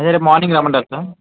అదే రేపు మార్నింగ్ రమ్మంటారా సార్